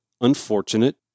unfortunate